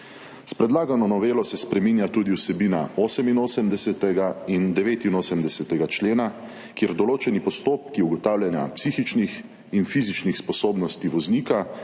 S predlagano novelo se spreminja tudi vsebina 88. in 89. člena, kjer so določeni postopki ugotavljanja psihičnih in fizičnih sposobnosti voznika